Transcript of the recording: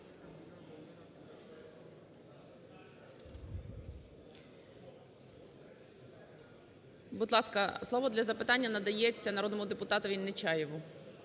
Будь ласка, слово для запитання надається народному депутату Нечаєву.